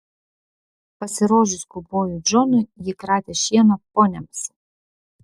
pasirodžius kaubojui džonui ji kratė šieną poniams